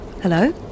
Hello